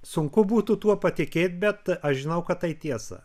sunku būtų tuo patikėt bet aš žinau kad tai tiesa